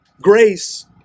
Grace